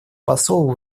посол